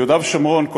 ביהודה ושומרון,